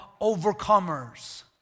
overcomers